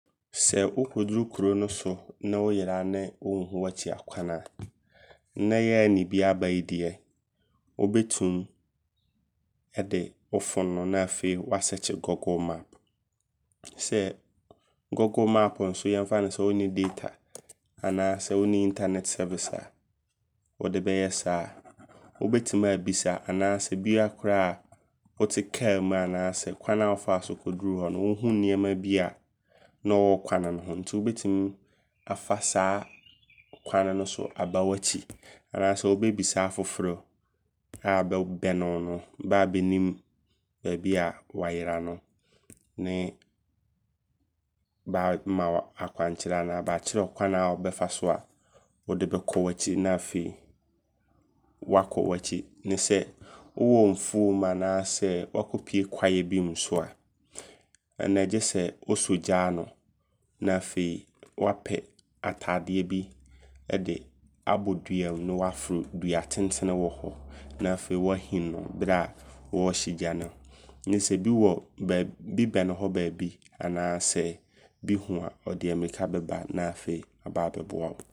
Sɛ wo kɔduru kuro no so ne woyera ne wonhu w'akyi akwane a. Nnɛ yi a anibue aba yi deɛ, wobɛtim ɛde wo phone na afei woasearch google map. Sɛ google map nso yɛmfa no sɛ wo nni data. Anaasɛ wonni internet service a wode bɛyɛ saa wobɛtim abisa. Anaasɛ biaa koraa wote Car mu anaasɛ kwane a wo faaso kɔduru hɔ no wohuu nneɛma bia ne ɔwɔ kwane ne no ho. Enti wobɛtim afa saa kwane no so aba w'akyi. Anaasɛ wobɛbisa afoforɔ a bɛ bɛne wo no. Bɛ a bɛnim biaa woyera no. Ne bɛama akwankyerɛ anaa bɛakyerɛ wo kwane a wobɛfa so wode bɛkɔ w'akyi. Na afei wakɔ w'akyi. Ne sɛ wowɔ mfuom anaasɛ wakɔpie kwaeɛ bi mu nso a, ɛnneɛ gyesɛ wosɔ gya ano. Na afei wapɛ ataadeɛ bi ɛde abɔ dua mu. Ne waforo dua tenntene a wɔ hɔ. Na afei wahim no berɛ a wɔɔhyɛ gya no. Ne sɛ bi wɔ ba bɛne hɔ baabi anaasɛ bi hu a ɔde ammirika bɛba na afei aba abɛboa wo.